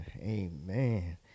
amen